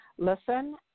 Listen